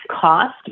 cost